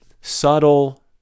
subtle